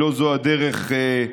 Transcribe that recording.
כי לא זו הדרך לשקם,